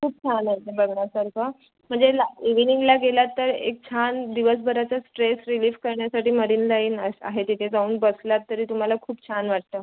खूप छान आहे ते बघण्यासारखं म्हणजे ला इव्हीनिंगला गेलात तर एक छान दिवसभराचा स्ट्रेस रिलीफ करण्यासाठी मरीन लाईन आ आहे तिथे जाऊन बसलात तरी तुम्हाला खूप छान वाटतं